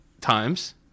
times